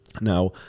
Now